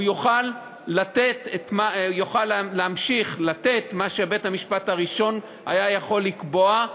הוא יוכל להמשיך לתת מה שבית-המשפט הראשון היה יכול לקבוע.